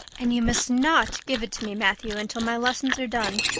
and you must not give it to me, matthew, until my lessons are done,